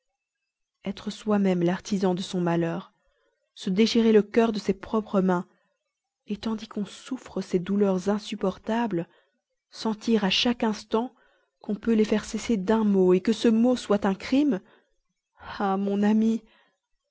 etre soi-même l'artisan de son malheur se déchirer le cœur de ses propres mains tandis qu'on souffre ces douleurs insupportables sentir à chaque instant qu'on peut les faire cesser d'un mot que ce mot soit un crime ah mon amie